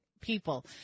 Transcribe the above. people